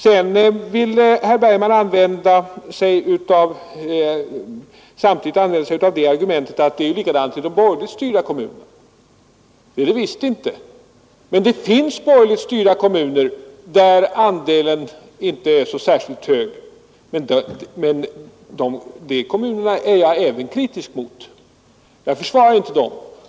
Vidare vill herr Bergman samtidigt använda det argumentet att det är likadant i de borgerligt styrda kommunerna. Det är visst inte så. Men det finns borgerligt styrda kommuner där andelen inte är så särskilt hög, och jag är kritisk även mot de kommunerna. Jag försvarar inte dem.